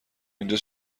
اینجا